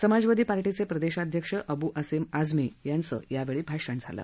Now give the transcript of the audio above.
समाजवादी पार्टीचे प्रदेशाध्यक्ष अब् असिम आझमी यांचंही भाषण झालं